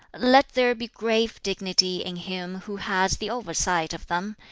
let there be grave dignity in him who has the oversight of them,